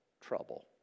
trouble